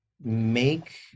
Make